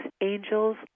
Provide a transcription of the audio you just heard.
angels